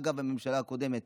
אגב, הממשלה הקודמת